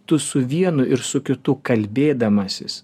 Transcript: tu su vienu ir su kitu kalbėdamasis